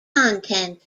content